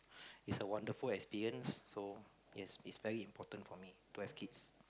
is a wonderful experience so yes it's very important for me to have kids